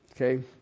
Okay